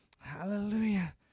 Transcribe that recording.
Hallelujah